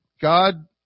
God